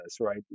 right